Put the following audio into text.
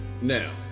Now